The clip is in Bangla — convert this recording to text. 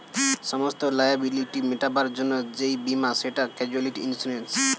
সমস্ত লায়াবিলিটি মেটাবার জন্যে যেই বীমা সেটা ক্যাজুয়ালটি ইন্সুরেন্স